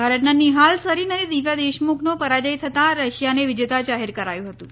ભારતના નીહાલ સરીન અને દિવ્યા દેશમુખનો પરાજય થતા રશિયાને વિજેતા જાહેર કરાયું હતું